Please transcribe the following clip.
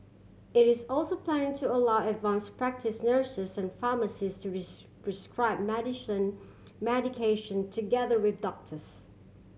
it is also planning to allow advance practice nurses and pharmacists to prescribe medicine medication together with doctors